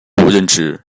任职